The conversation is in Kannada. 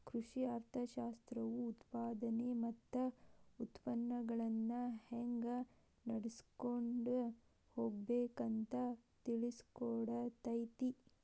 ಕೃಷಿ ಅರ್ಥಶಾಸ್ತ್ರವು ಉತ್ಪಾದನೆ ಮತ್ತ ಉತ್ಪನ್ನಗಳನ್ನಾ ಹೆಂಗ ನಡ್ಸಕೊಂಡ ಹೋಗಬೇಕು ಅಂತಾ ತಿಳ್ಸಿಕೊಡತೈತಿ